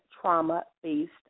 trauma-based